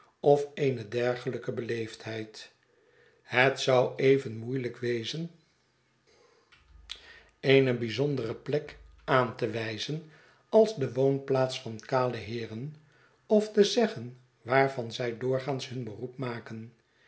of eene dergelyke beleefdheid het zou even moeielyk wezen eene bponsceetsen van boz dere plek aan te wijzen als de woonplaats van kale heeren of te zeggen waarvan zij doorgaans hun beroep maken